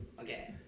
Okay